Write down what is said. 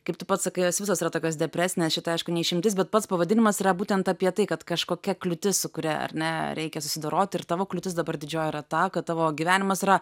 kaip tu pats sakai jos visos yra tokios depresinės šita aišku ne išimtis bet pats pavadinimas yra būtent apie tai kad kažkokia kliūtis su kuria ar ne reikia susidorot ir tavo kliūtis dabar didžioji yra ta kad tavo gyvenimas yra